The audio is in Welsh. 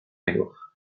uwch